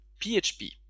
PHP